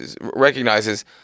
recognizes